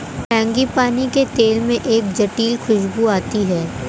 frangipani के तेल में एक जटिल खूशबू आती है